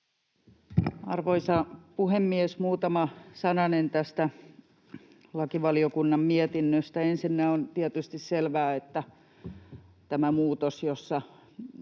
Arvoisa puhemies! Muutama sananen tästä lakivaliokunnan mietinnöstä: Ensinnä on tietysti selvää, että tämä muutos, jossa